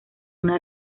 una